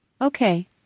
Okay